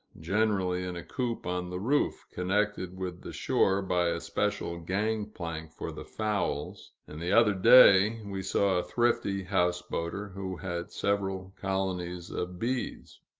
generally in a coop on the roof, connected with the shore by a special gang-plank for the fowls and the other day, we saw a thrifty houseboater who had several colonies of bees.